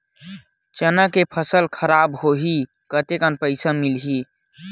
चना के फसल खराब होही कतेकन पईसा मिलही?